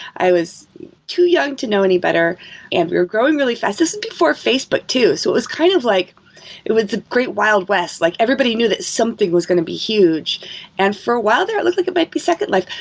i was too young to know any better and we were growing really fast. this is before facebook too, so it was kind of like it was a great wild west. like everybody knew that something was going to be huge and for a while there, it looked like it might be second life.